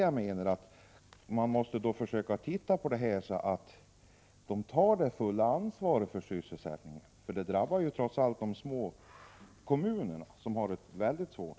Jag menar att man då måste försöka få dem att ta det fulla ansvaret för sysselsättningen — gör de inte det drabbar det små kommuner som i dag har det mycket svårt.